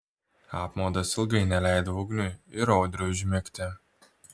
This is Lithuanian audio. apmaudas ilgai neleido ugniui ir audriui užmigti